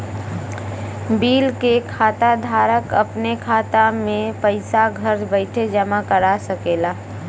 bill के खाता धारक अपने खाता मे पइसा घर बइठे जमा करा सकेला